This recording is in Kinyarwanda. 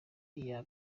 iya